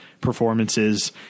performances